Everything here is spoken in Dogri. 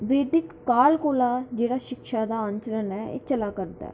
वैदिक काल कोला जेह्ड़ा शिक्षा दा आचरण ऐ चला करदा ऐ